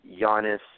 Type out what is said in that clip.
Giannis